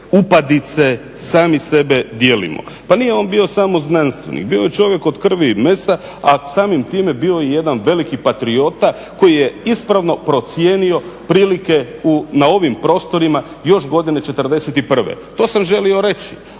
upadice, sami sebe dijelimo. Pa nije on bio samo znanstvenik, bio je čovjek od krvi i mesa, a samim time bio je jedan veliki patriot koji je ispravno procijenio prilike na ovim prostorima još godine '41. To sam želio reći.